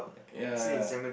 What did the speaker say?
ya ya